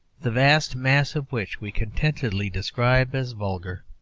the vast mass of which we contentedly describe as vulgar.